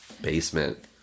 Basement